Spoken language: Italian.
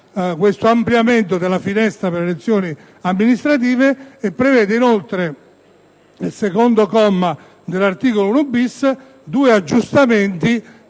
un ampliamento della finestra per le elezioni amministrative e prevede inoltre, al secondo comma dell'articolo 1-*bis*, due aggiustamenti